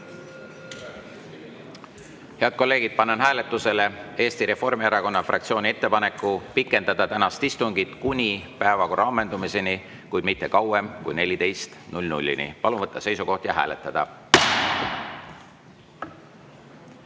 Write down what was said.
kolleegid, panen hääletusele Eesti Reformierakonna fraktsiooni ettepaneku pikendada tänast istungit kuni päevakorra ammendumiseni, kuid mitte kauem kui 14-ni. Palun võtta seisukoht ja hääletada!